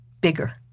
bigger